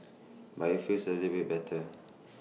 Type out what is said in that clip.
but IT feels A little bit better